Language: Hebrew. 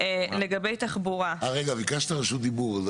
אה, רגע, ביקשת רשות דיבור.